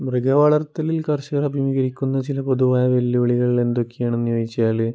മൃഗ വളർത്തലില് കർഷകർ അഭിമീകരിക്കുന്ന ചില പൊതുവായ വെല്ലുവിളികൾ എന്തൊക്കെയാണെന്ന് ചോദിച്ചാൽ